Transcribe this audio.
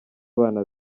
abana